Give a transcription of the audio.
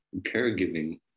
caregiving